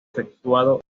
efectuado